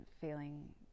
feeling